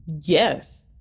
Yes